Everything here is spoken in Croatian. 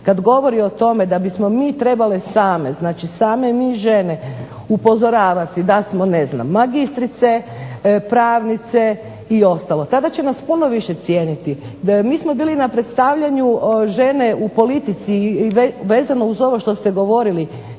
kada govori o tome da bismo mi trebale same mi žene upozoravati da smo magistrice, pravnice i ostalo tada će nas puno više cijeniti. MI smo bili na predstavljanju žene u politici i vezano uz ovo što ste govorili